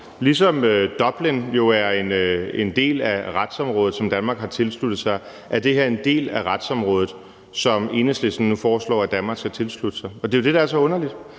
jo er en del af retsområdet, som Danmark har tilsluttet sig, er det her en del af retsområdet, som Enhedslisten nu foreslår at Danmark skal tilslutte sig, og det er jo det, der er så underligt.